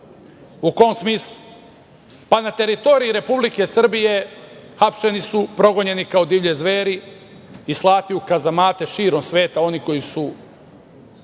U kom smislu? Na teritoriji Republike Srbije hapšeni su, progonjeni kao divlje zveri i slati u kazamate širom sveta oni koji su